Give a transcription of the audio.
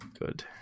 Good